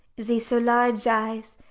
ze so large eyes!